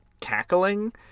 cackling